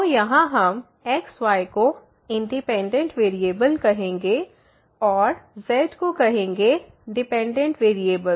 तो यहाँ हम x yको इंडिपेंडेंट वेरिएबल कहेंगे और z को कहेंगे डिपेंडेंट वेरिएबल